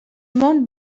món